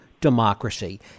democracy